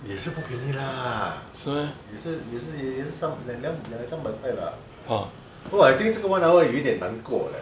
也是不便宜 lah 也是也是也是三两三百块 bah oh I think 这个 one hour 有一点难过 eh